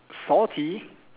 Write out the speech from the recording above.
salty